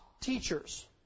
teachers